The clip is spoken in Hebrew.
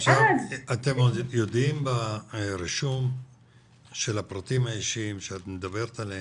אתם יודעים ברישום של הפרטים האישיים שאת מדברת עליהם,